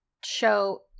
show –